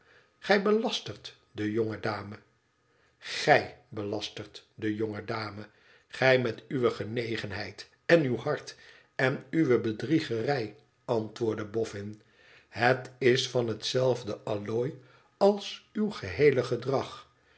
gij belastert de jonge dame gij belastert de jonge dame gij met uwe genegenheid en uw hart en uwe bedriegerij antwoordde boffin het is van hetzelfde allooi als uw geheele gedrag